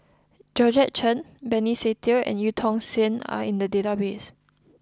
Georgette Chen Benny Se Teo and Eu Tong Sen are in the database